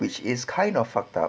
which is kind of fucked up